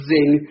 Zing